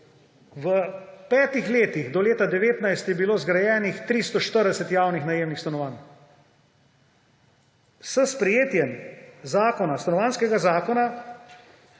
v petih letih, do leta 2019, je bilo izgrajenih 340 javnih najemnih stanovanj. S sprejetjem Stanovanjskega zakona